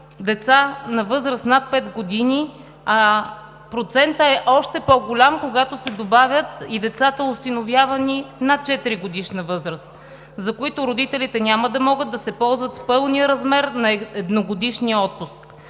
деца на възраст над 5 години, а процентът е още по-голям, когато се добавят и децата, осиновявани над 4-годишна възраст, за които родителите няма да могат да ползват пълния размер на едногодишния отпуск.